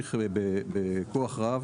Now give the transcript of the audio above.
להמשיך בכוח רב